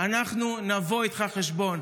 אנחנו נבוא איתך חשבון.